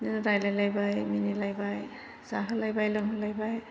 बेदिनो रायज्लायलायबाय मिनिलायबाय जाहोलायबाय लोंहोलायबाय